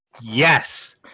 yes